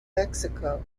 mexico